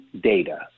data